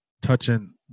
touching